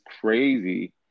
crazy